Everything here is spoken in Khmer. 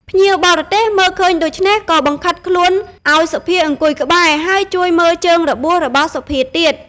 ភ្ញៀវបរទេសមើលឃើញដូច្នេះ ក៏បង្ខិតខ្លួនឱ្យសុភាអង្គុយក្បែរ ហើយជួយមើលជើងរបួស របស់សុភាទៀត ។